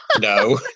No